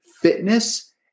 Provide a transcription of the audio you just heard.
fitness